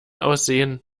aussehen